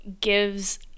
gives